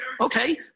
Okay